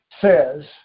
says